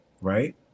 right